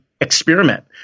experiment